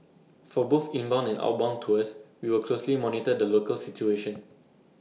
for both inbound and outbound tours we will closely monitor the local situation